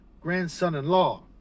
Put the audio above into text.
grandson-in-law